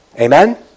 Amen